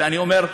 ואני אומר,